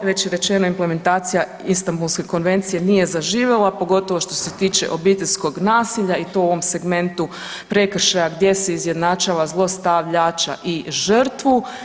Već je rečeno implementacija Istambulske konvencije nije zaživjela pogotovo što se tiče obiteljskog nasilja i to u ovom segmentu prekršaja gdje se izjednačava zlostavljača i žrtvu.